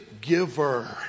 giver